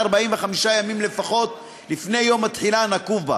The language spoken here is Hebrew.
45 ימים לפחות לפני יום התחילה הנקוב בה,